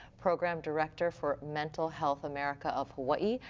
program director for mental health america of hawai'i.